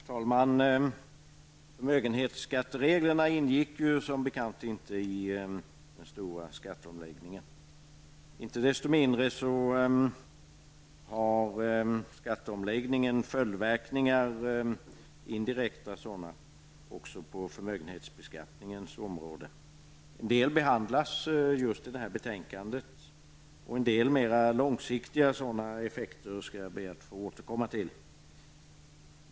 Herr talman! Förmögenhetsskattereglerna ingick som bekant inte i den stora skatteomläggningen. Icke desto mindre har skatteomläggningen följdverkningar, indirekta sådana, också på förmögenhetsbeskattningens område. En del behandlas just i det här betänkandet, och en del mer långsiktiga sådana effekter skall jag be att få återkomma till.